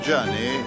journey